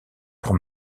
pour